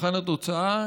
במבחן התוצאה,